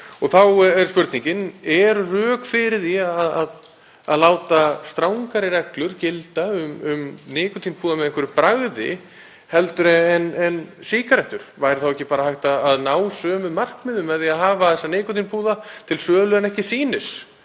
Þá er spurningin: Eru rök fyrir því að láta strangari reglur gilda um nikótínpúða með einhverju bragði heldur en sígarettur? Væri þá ekki bara hægt að ná sömu markmiðum með því að hafa þessa nikótínpúða til sölu en ekki sýnis